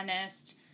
honest